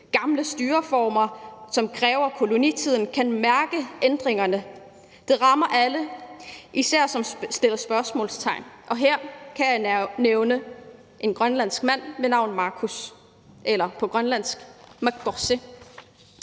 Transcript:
Gamle styreformer, som var krævet i kolonitiden, kan mærke ændringerne Det rammer alle, især dem, som stiller spørgsmål, og her kan jeg nævne en grønlandsk mand ved navn Markus – på grønlandsk, Makkorsi.